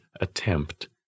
attempt